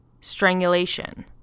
strangulation